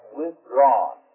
withdrawn